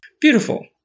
Beautiful